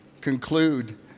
conclude